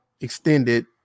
extended